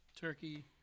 Turkey